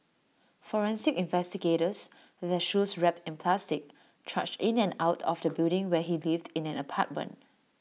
forensic investigators their shoes wrapped in plastic trudged in and out of the building where he lived in an apartment